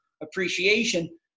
appreciation